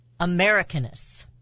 Americanists